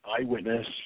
eyewitness